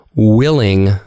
Willing